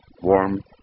warm